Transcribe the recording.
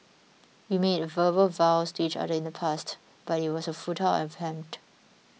we made verbal vows to each other in the past but it was a futile attempt